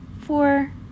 four